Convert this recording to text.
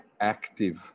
active